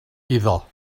iddo